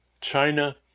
China